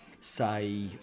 say